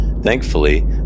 Thankfully